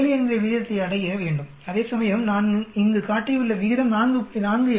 7 என்ற விகிதத்தை அடைய வேண்டும் அதேசமயம் நான் இங்கு காட்டியுள்ள விகிதம் 4